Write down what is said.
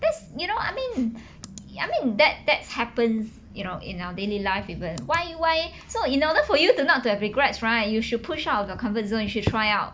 this you know I mean it I mean that that's happens you know in our daily life event why why so in order for you to not to have regrets right you should push out of the comfort zone you should try out